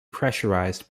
pressurized